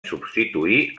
substituir